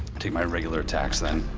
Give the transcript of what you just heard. take my regular attacks, then.